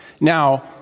Now